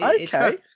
okay